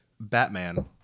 Batman